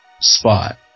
spot